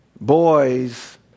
boys